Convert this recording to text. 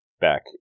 back